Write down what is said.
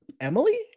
Emily